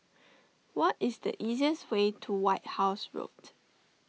what is the easiest way to White House Road